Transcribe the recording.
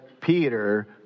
Peter